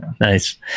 Nice